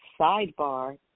sidebar